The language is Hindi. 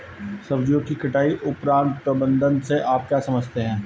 सब्जियों की कटाई उपरांत प्रबंधन से आप क्या समझते हैं?